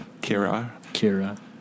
kira